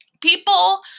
people